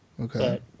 Okay